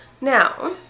Now